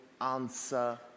answer